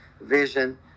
vision